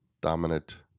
dominant